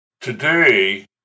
Today